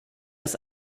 ist